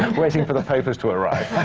waiting for the papers to arrive!